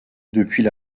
depuis